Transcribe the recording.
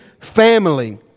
family